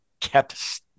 kept